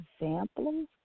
examples